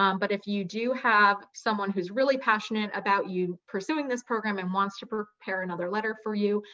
um but if you do have someone who's really passionate about you pursuing this program and wants to prepare another letter for you,